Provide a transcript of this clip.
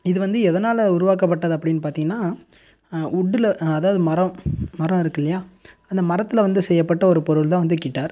இது வந்து எதனால் உருவாக்கப்பட்டது அப்படினு பார்த்தீங்கன்னா வுட்டுல அதாவது மரம் மரம் இருக்குது இல்லையா அந்த மரத்தில் வந்து செய்யப்பட்ட ஒரு பொருள் தான் வந்து கிட்டார்